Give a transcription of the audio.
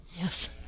Yes